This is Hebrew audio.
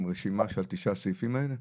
עם רשימה של תשעת הסעיפים האלה?